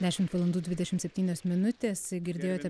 dešimt valandų dvidešimt septynios minutės girdėjote